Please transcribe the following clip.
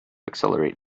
accelerate